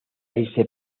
irse